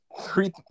three